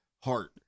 heart